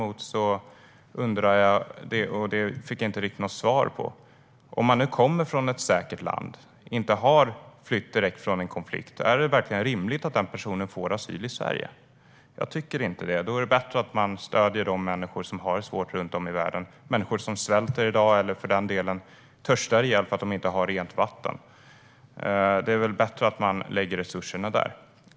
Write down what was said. Det som jag däremot undrar och som jag inte riktigt fick något svar på är: Om man nu kommer från ett säkert land och inte har flytt direkt från en konflikt, är det verkligen rimligt att den personen får asyl i Sverige? Jag tycker inte det. Då är det bättre att man stöder de människor som har det svårt runt om i världen - människor som svälter eller för den delen törstar ihjäl för att de inte har rent vatten. Det är väl bättre att man lägger resurserna där?